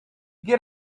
get